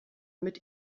mit